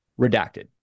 Redacted